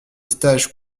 stages